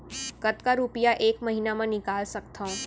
कतका रुपिया एक महीना म निकाल सकथव?